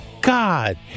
God